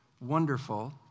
wonderful